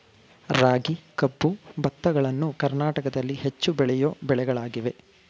ರಾಗಿ, ಕಬ್ಬು, ಭತ್ತಗಳನ್ನು ಕರ್ನಾಟಕದಲ್ಲಿ ಹೆಚ್ಚು ಬೆಳೆಯೋ ಬೆಳೆಗಳಾಗಿವೆ